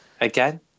again